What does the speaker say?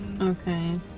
Okay